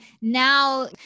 now